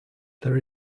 there